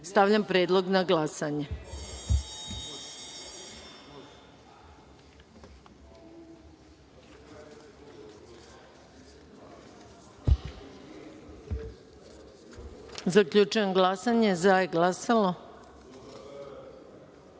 Srbije. Stavljam predlog na glasanje. Zaključujem glasanje - za je glasalo